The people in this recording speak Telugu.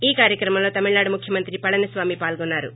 ఈ కార్యక్రమంలో తమిళనాడు ముఖ్యమంత్రి పళనిస్వామి పాల్గొన్నా రు